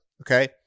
Okay